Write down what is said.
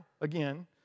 again